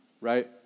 right